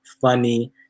funny